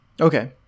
Okay